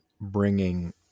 bringing